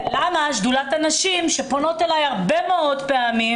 למה שדולת הנשים שפונה אלי הרבה מאוד פעמים